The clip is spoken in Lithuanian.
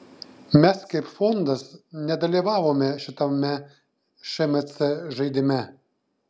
mes kaip fondas nedalyvavome šitame šmc žaidime